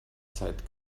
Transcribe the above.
zeit